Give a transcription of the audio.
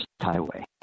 highway